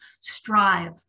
strive